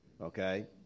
okay